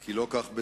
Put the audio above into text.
כי לא כך בצה"ל,